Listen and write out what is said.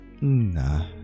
Nah